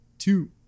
Two